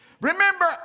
Remember